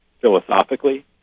philosophically